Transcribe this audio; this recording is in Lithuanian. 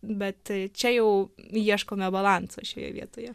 bet čia jau ieškome balanso šioje vietoje